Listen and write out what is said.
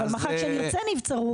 אבל מחר כשנרצה נבצרות,